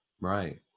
Right